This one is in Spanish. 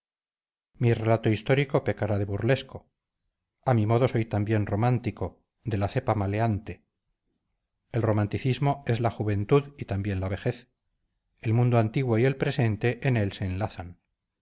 mi relato histórico pecará de burlesco a mi modo soy también romántico de la cepa maleante el romanticismo es la juventud y también la vejez el mundo antiguo y el presente en él se enlazan